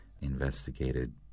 investigated